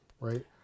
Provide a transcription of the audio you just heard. Right